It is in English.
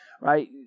right